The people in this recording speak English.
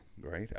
right